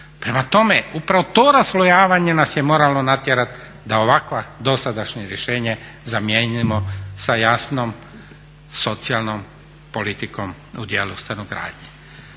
Prema tome, upravo to raslojavanje nas je moralo natjerati da ovakvo dosadašnje rješenje zamijenimo sa jasnom socijalnom politikom u djelu stanogradnje.